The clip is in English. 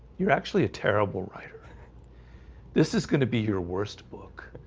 you're actually a terrible writer this is gonna be your worst book.